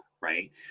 right